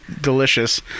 delicious